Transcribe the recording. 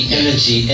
energy